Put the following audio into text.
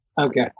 Okay